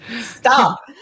stop